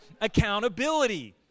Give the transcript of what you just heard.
Accountability